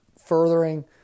furthering